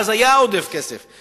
ואז היה עודף כסף,